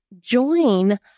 join